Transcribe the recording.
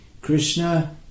Krishna